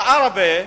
בעראבה,